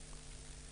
אתנו?